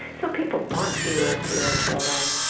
so people want fewer and fewer children.